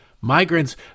Migrants